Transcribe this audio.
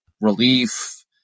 relief